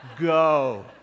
go